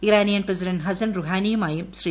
Iranian president Hassan റുഹാനിയുമായും ശ്രീ